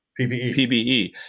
PBE